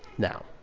now,